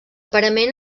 parament